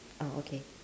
oh okay